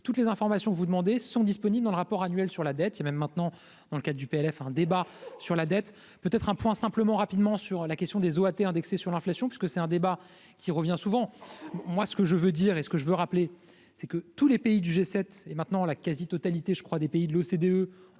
toutes les informations, vous demandez sont disponibles dans le rapport annuel sur la dette il y même maintenant dans le cadre du PLF, un débat sur la dette peut être un point simplement rapidement sur la question des OAT indexées sur l'inflation, parce que c'est un débat qui revient souvent, moi ce que je veux dire et ce que je veux rappeler, c'est que tous les pays du G7 et maintenant la quasi-totalité, je crois, des pays de l'OCDE